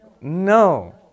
no